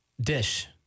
Dish